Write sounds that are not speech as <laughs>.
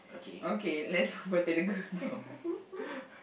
okay let's go over to the girl now <laughs>